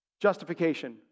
Justification